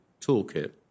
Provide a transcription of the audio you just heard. toolkit